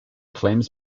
claims